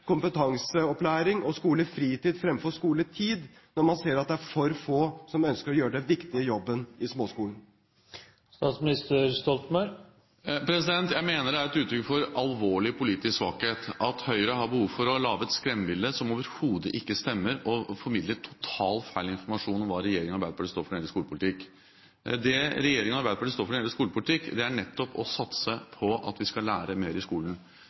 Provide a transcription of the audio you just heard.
kompetanseopplæring og skolefritid fremfor skoletid, når man ser at det er for få som ønsker å gjøre den viktige jobben i småskolen? Jeg mener det er et uttrykk for alvorlig politisk svakhet at Høyre har behov for å lage et skremmebilde som overhodet ikke stemmer, og formidle totalt feil informasjon om hva regjeringen og Arbeiderpartiet står for når det gjelder skolepolitikk. Det regjeringen og Arbeiderpartiet står for når det gjelder skolepolitikk, er nettopp å satse på at vi skal lære mer i skolen.